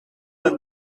iyo